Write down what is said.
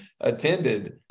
attended